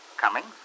Cummings